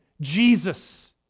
Jesus